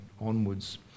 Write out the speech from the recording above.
onwards